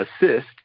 assist